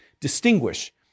distinguish